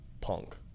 punk